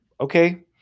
okay